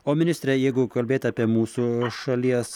o ministre jeigu kalbėt apie mūsų šalies